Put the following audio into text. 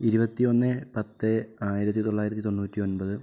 ഇരുപത്തൊന്ന് പത്ത് ആയിരത്തി തൊള്ളായിരത്തി തൊണ്ണൂറ്റി ഒൻപത്